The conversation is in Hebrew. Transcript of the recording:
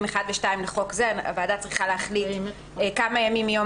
1 ו-2 לחוק זה" הוועדה צריכה להחליט כמה "ימים מיום